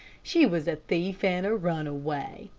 she was a thief and a runaway.